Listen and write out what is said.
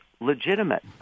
legitimate